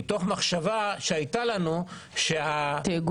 מתוך מחשבה שהייתה לנו -- תיאגוד?